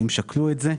האם שקלו את זה?